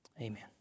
Amen